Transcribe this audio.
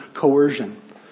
coercion